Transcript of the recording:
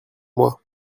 moi